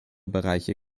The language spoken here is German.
bereiche